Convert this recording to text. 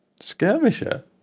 Skirmisher